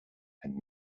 and